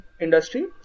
industry